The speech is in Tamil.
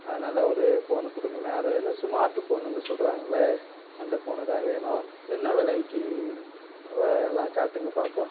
அதனால் ஒரு போனு கொடுங்கண்ணே அது வந்து சுமாட்டுப் போனுன்னு சொல்கிறாங்களே அந்தப் போனுதான் வேணும் என்ன விலைக்கி எல்லாம் காட்டுங்கள் பார்ப்போம்